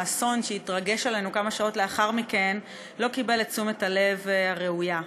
האסון שהתרגש עלינו כמה שעות לאחר מכן לא קיבל את תשומת הלב הראויה.